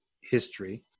history